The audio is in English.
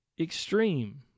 extreme